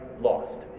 lost